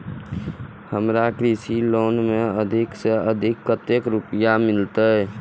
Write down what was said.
हमरा कृषि लोन में अधिक से अधिक कतेक रुपया मिलते?